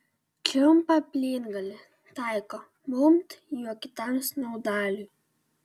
čiumpa plytgalį taiko bumbt juo kitam snaudaliui